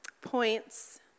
points